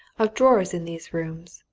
of drawers in these rooms,